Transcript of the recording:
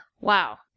Wow